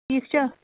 ٹھیٖک چھا